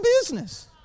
business